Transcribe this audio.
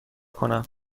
کنم